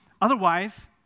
Otherwise